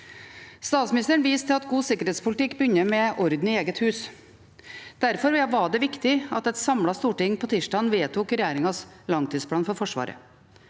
Statsministeren viste til at god sikkerhetspolitikk begynner med orden i eget hus. Derfor var det viktig at et samlet storting på tirsdag vedtok regjeringens langtidsplan for Forsvaret.